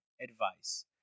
advice